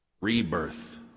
rebirth